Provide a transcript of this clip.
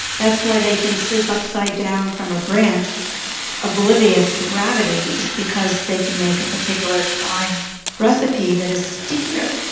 that's why they can sleep upside down from a branch oblivious to gravity, is because they can make a particular slime recipe that is stickier.